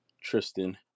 Tristan